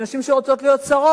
יש נשים שרוצות להיות שרות.